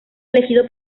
elegido